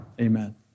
Amen